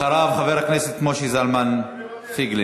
אחריו, חבר הכנסת משה זלמן פייגלין.